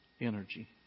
energy